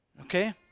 Okay